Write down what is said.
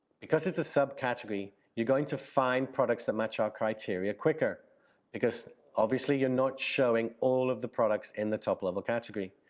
because it's a subcategory, you're going to find products that match our criteria quicker because obviously you're not showing all of the products in the top level category.